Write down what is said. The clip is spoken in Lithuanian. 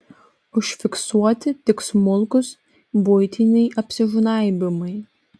užfiksuoti tik smulkūs buitiniai apsižnaibymai